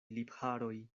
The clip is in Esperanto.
lipharoj